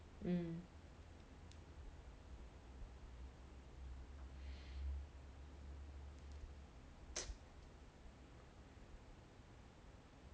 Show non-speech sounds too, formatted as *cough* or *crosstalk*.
mm *noise*